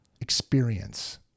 experience